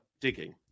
digging